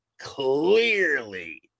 clearly